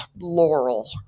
Laurel